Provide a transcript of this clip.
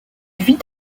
vit